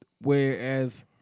whereas